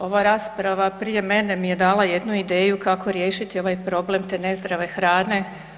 Ova rasprava prije mene mi je dala jednu ideju kako riješiti ovaj problem te nezdrave hrane.